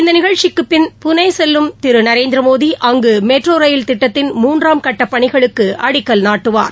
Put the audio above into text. இந்த நிகழ்ச்சிக்குப் பின் புனே செல்லும் திரு நரேந்திரமோடி அங்கு மெட்ரோ ரயில் திட்டத்தின் மூன்றாம் கட்டப் பணிகளுக்கு அடிக்கல் நாட்டுவார்